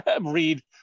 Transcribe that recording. read